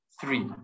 three